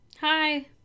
Hi